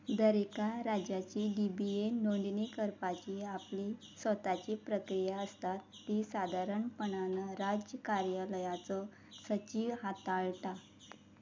दरेका राज्याची D B A नोंदणी करपाची आपली स्वताची प्रक्रिया आसता ती सादारणपणान राज्य कार्यालयाचो सचीव हाताळटा